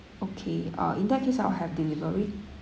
okay uh in that case I'll have delivery